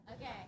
Okay